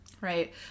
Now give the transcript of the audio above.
Right